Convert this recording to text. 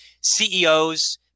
ceos